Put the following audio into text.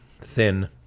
thin